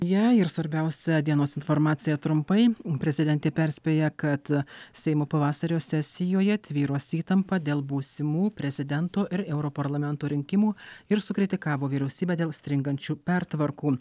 ją ir svarbiausia dienos informacija trumpai prezidentė perspėja kad seimo pavasario sesijoje tvyros įtampa dėl būsimų prezidento ir europarlamento rinkimų ir sukritikavo vyriausybę dėl stringančių pertvarkų